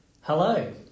Hello